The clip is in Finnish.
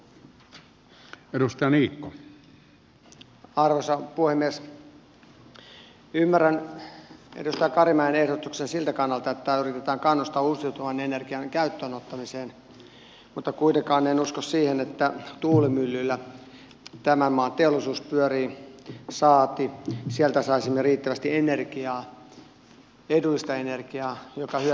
ymmärrän edustaja karimäen ehdotuksen siltä kannalta että yritetään kannustaa uusiutuvan energian käyttöön ottamiseen mutta kuitenkaan en usko siihen että tuulimyllyillä tämän maan teollisuus pyörii saati että sieltä saisimme riittävästi energiaa edullista energiaa joka hyödyttäisi suomalaista kansantaloutta